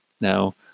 Now